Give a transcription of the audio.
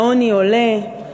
העוני עולה,